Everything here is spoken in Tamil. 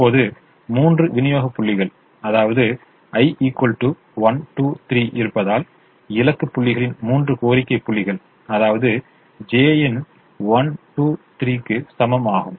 இப்போது மூன்று விநியோக புள்ளிகள் அதாவது i 1 2 3 இருப்பதால் இலக்கு புள்ளிகளின் மூன்று கோரிக்கை புள்ளிகள் அதாவது j ன் 1 2 3 க்கு சமம் ஆகும்